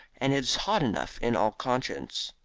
and is hot enough in all conscience.